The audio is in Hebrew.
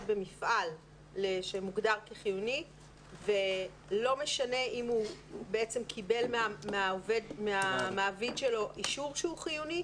במפעל שמוגדר כחיוני ולא משנה אם הוא קיבל מהמעביד שלו אישור שהוא חיוני.